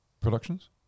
productions